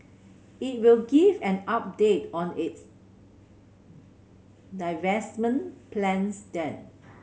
it will give an update on its divestment plans then